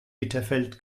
bitterfeld